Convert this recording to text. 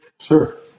Sure